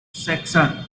section